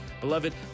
Beloved